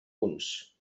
punts